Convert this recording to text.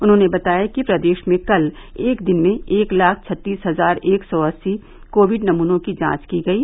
उन्होंने बताया कि प्रदेश में कल एक दिन में एक लाख छत्तीस हजार एक सौ अस्सी कोविड नमूनों की जांच की गयी